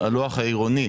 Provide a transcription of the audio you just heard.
הלוח העירוני,